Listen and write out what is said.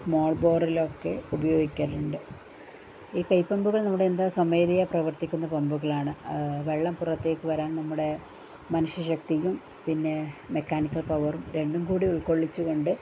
small ബോറിലൊക്കെ ഉപയോഗിക്കലുണ്ട് ഈ കൈപ്പമ്പുകൾ നമ്മുടെ എന്താ സ്വമേധയാ പ്രവർത്തിക്കുന്ന പമ്പുകളാണ് വെള്ളം പുറത്തേക്ക് വരാൻ നമ്മുടെ മനുഷ്യശക്തിക്കും പിന്നെ മെക്കാനിക്കൽ പവറും രണ്ടും കൂടി ഉൾക്കൊള്ളിച്ചുകൊണ്ട്